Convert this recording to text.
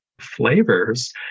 flavors